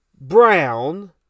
Brown